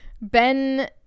Ben